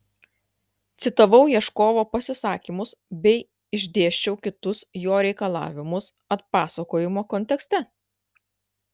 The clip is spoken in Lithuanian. citavau ieškovo pasisakymus bei išdėsčiau kitus jo reikalavimus atpasakojimo kontekste